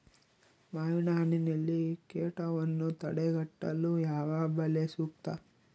ಮಾವಿನಹಣ್ಣಿನಲ್ಲಿ ಕೇಟವನ್ನು ತಡೆಗಟ್ಟಲು ಯಾವ ಬಲೆ ಸೂಕ್ತ?